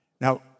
Now